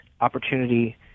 opportunity